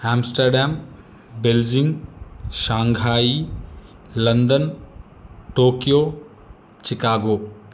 Amsterdam Belgium Shanghai London Tokyo Chicago